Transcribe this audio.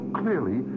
clearly